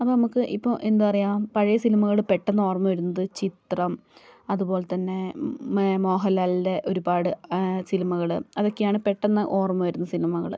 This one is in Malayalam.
അപ്പം നമുക്ക് ഇപ്പോൾ എന്താ പറയുക പഴയ സിനിമകൾ പെട്ടെന്ന് ഓർമ്മ വരുന്നത് ചിത്രം അതുപോലെ തന്നെ മോഹൻലാലിൻ്റെ ഒരുപാട് സിനിമകൾ അതൊക്കെയാണ് പെട്ടെന്ന് ഓർമ്മ വരുന്ന സിനിമകൾ